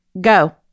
Go